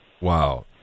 Wow